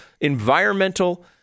environmental